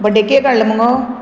birthday cake हाडला मुगो